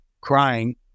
crying